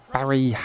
Barry